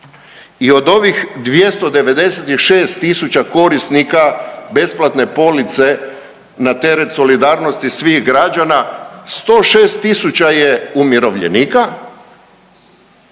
i od ovih 296.000 korisnika besplatne police na teret solidarnosti svih građana 106.000 je umirovljenika,